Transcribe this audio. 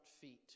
feet